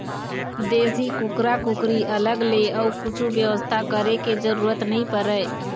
देसी कुकरा कुकरी अलग ले अउ कछु बेवस्था करे के जरूरत नइ परय